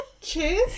Cheers